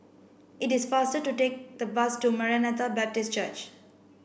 it is faster to take the bus to Maranatha Baptist Church